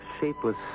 shapeless